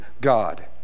God